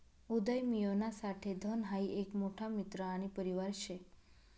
उदयमियोना साठे धन हाई एक मोठा मित्र आणि परिवार शे